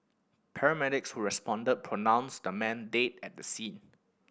paramedics who responded pronounced the man dead at the scene